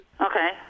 Okay